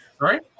Right